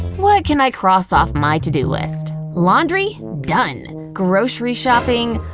what can i cross off my to-do list? laundry, done. grocery shopping